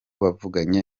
bavuganye